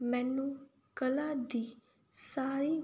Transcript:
ਮੈਨੂੰ ਕਲਾ ਦੀ ਸਾਰੀ